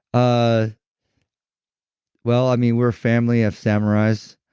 i well, i mean, we're family of samurais,